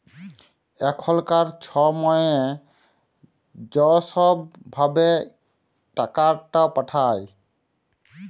এখলকার ছময়ে য ছব ভাবে টাকাট পাঠায়